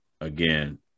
again